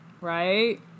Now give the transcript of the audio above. right